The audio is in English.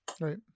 right